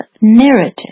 narrative